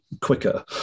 quicker